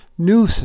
new